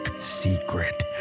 secret